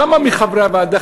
כמה מחברי הוועדה,